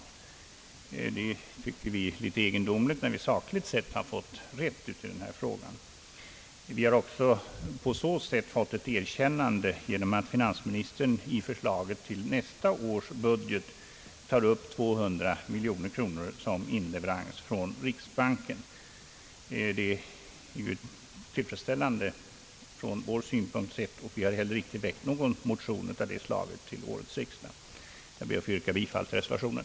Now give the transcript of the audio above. Det tycker vi är litet egendomligt när vi sakligt sett har fått rätt i denna fråga. Vi har också på så sätt fått ett erkännande genom att finansministern i förslaget till nästa års budget tar upp 200 miljoner kronor som inleverans från riksbanken. Det är ju tillfredsställande från vår synpunkt sett. Vi har inte heller väckt någon motion med ett sådant yrkande till årets riksdag. Jag ber att få yrka bifall till reservationen.